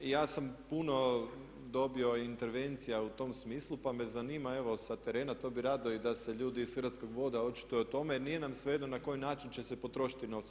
Ja sam puno dobio intervencija u tom smislu pa me zanima evo sa terena, to bih rado i da se ljudi iz Hrvatskih voda očituju o tome, nije nam svejedno na koji način će se potrošiti novci.